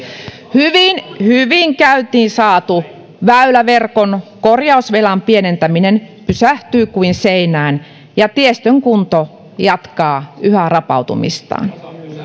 hyvin hyvin käyntiin saatu väyläverkon korjausvelan pienentäminen pysähtyy kuin seinään ja tiestön kunto jatkaa yhä rapautumistaan